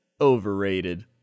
overrated